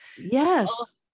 Yes